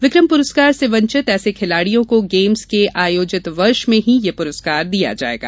विक्रम पुरस्कार से वंचित ऐसे खिलाड़ियों को गेम्स के आयोजित वर्ष में ही यह पुरस्कार दिया जायेगा